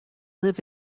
live